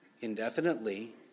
indefinitely